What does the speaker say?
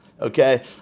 Okay